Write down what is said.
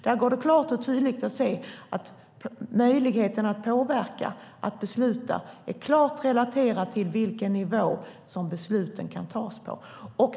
Där går det klart och tydligt att se att möjligheten att påverka, att besluta, är klart relaterad till vilken nivå som besluten kan tas på.